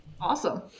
awesome